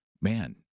man